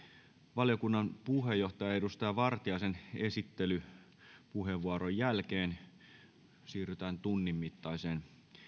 valiokunnan puheenjohtaja edustaja vartiaisen esittelypuheenvuoron jälkeen siirrytään tunnin mittaiseen